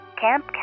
camp